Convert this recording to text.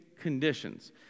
conditions